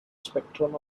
spectrum